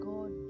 God